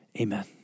Amen